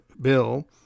bill